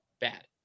bad